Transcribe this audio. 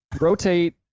Rotate